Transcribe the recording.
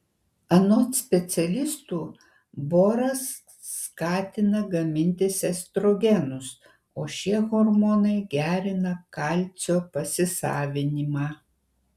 anot specialistų boras skatina gamintis estrogenus o šie hormonai gerina kalcio pasisavinimą